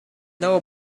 know